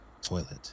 toilet